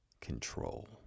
control